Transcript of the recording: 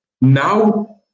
now